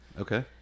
okay